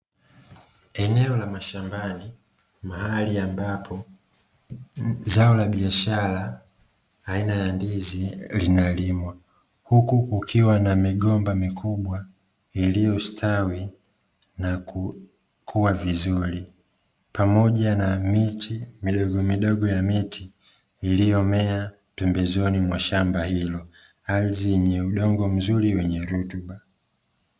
Eneo la mashambani mahali ambapo zao la biashara aina ya ndizi linalimwa, huku kukiwa na migomba mikubwa iliyostawi na kukua vizuri pamoja na miche midogomidogo ya miti iliyomea pembezoni mwa shamba hilo. Ardhi yenye udogo mzuri wenye rutuba.